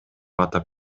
атап